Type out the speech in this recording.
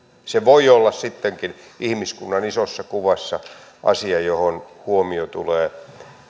se voi olla sittenkin ihmiskunnan isossa kuvassa asia johon huomio tulee